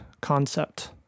concept